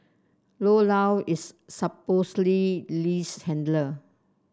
Io Lao is supposedly Lee's handler